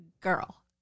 Girl